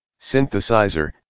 Synthesizer